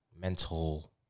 mental